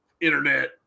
internet